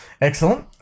Excellent